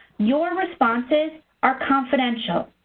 your responses are confidential,